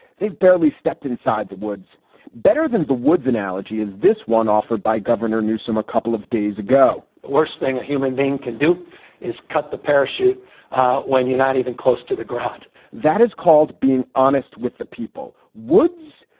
they've barely stepped inside the woods better than the woods analogy is this one offered by governor newsom a couple of days ago? the worst thing a human being can do is cut the parachute when you're not even close to the ground that is called being honest with the people. woods,